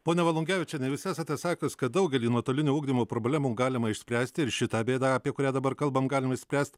pone valungevičiene jūs esate sakius kad daugelį nuotolinio ugdymo problemų galima išspręsti ir šitą bėdą apie kurią dabar kalbam galime išspręst